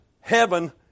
heaven